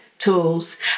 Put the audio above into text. tools